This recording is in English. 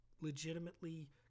legitimately